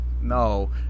No